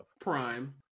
Prime